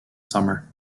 summer